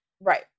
Right